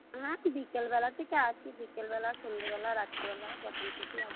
হ্যাঁ বিকেলবেলা থেকে আছি বিকেলবেলা সন্ধ্যেবেলা রাত্রেবেলা যখন খুশি আসবে